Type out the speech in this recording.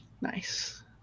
Nice